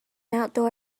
outdoor